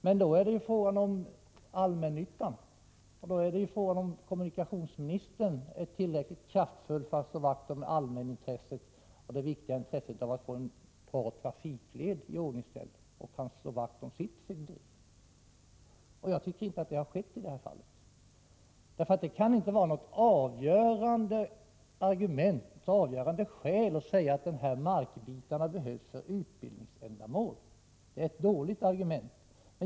Men här är det fråga om allmännyttan och om kommunikationsministern är tillräckligt kraftfull för att kunna slå vakt om sitt fögderi, om allmänintresset och den viktiga frågan om att få en bra trafikled iordningställd. Jag tycker inte att det har visat sig vara så i det här fallet. Det kan nämligen inte vara ett avgörande argument att markbitarna behövs för utbildningsändamål. Det är ett dåligt argument.